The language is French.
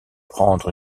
prendre